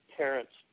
parents